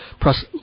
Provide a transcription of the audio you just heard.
plus